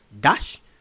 dash